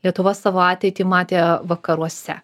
lietuva savo ateitį matė vakaruose